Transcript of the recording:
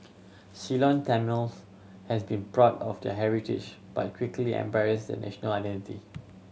Ceylon Tamils has been proud of their heritage but quickly embraced a national identity